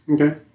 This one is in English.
okay